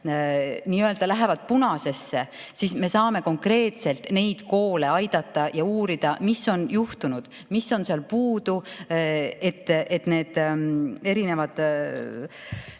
nii-öelda punasesse, siis me saame konkreetselt neid koole aidata ja uurida, mis on juhtunud, mis on seal puudu, et need näitajad